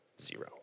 zero